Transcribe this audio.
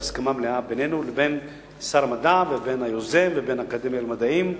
בהסכמה מלאה בינינו לבין שר המדע ובין היוזם ובין האקדמיה למדעים,